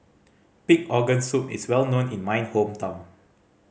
pig organ soup is well known in my hometown